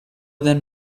than